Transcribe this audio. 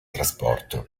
trasporto